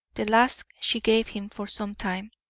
the last she gave him for some time.